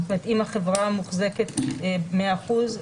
אם החברה מוחזקת מאה אחוז,